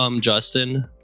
Justin